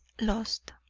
lost